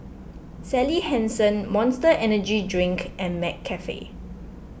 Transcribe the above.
Sally Hansen Monster Energy Drink and McCafe